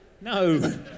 No